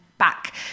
Back